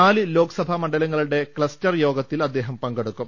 നാല് ലോക്സഭാ മണ്ഡലങ്ങളുടെ ക്ലസ്റ്റർ യോഗത്തിൽ അദ്ദേഹം പങ്കെടുക്കും